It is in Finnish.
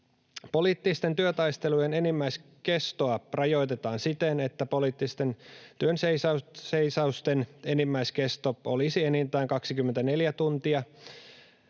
Poliittisten työtaistelujen enimmäiskestoa rajoitetaan siten, että poliittisten työnseisausten enimmäiskesto olisi 24 tuntia